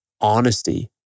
honesty